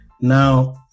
Now